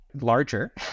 Larger